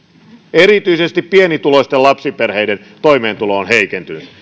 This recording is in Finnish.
erityisesti pienituloisten lapsiperheiden toimeentulo on heikentynyt